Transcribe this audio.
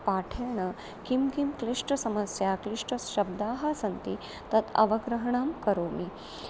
पाठेन किं किं क्लिष्टसमस्या क्लिष्टशब्दाः सन्ति तत् अवग्रहणं करोमि